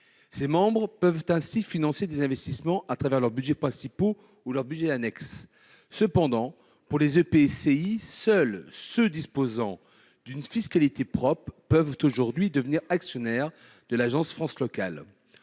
Ses membres peuvent ainsi financer des investissements, à travers leurs budgets principaux ou leurs budgets annexes. Cependant, concernant les EPCI, seuls ceux à fiscalité propre peuvent aujourd'hui devenir actionnaires de l'Agence France locale.